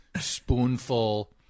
spoonful